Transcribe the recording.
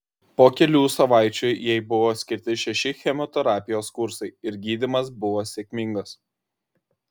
po kelių savaičių jai buvo skirti šeši chemoterapijos kursai ir gydymas buvo sėkmingas